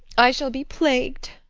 i shall be plagu'd.